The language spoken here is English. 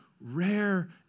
rare